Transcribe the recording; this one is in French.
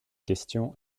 question